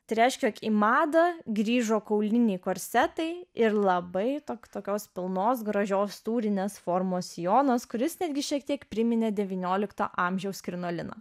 tai reiškia jog į madą grįžo kauliniai korsetai ir labai daug tokios pilnos gražios tūrinės formos sijonas kuris netgi šiek tiek priminė devyniolikto amžiaus krinolino